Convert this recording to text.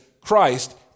Christ